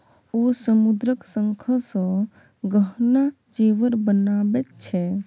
ओ समुद्रक शंखसँ गहना जेवर बनाबैत छै